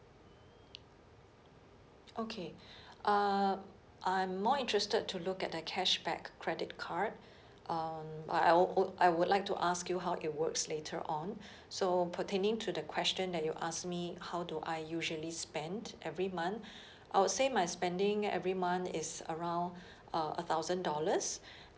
okay uh I'm more interested to look at the cashback credit card on I I wou~ would I would like to ask you how it works later on so pertaining to the question that you asked me how do I usually spend every month I would say my spending every month is around uh a thousand dollars